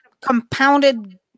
compounded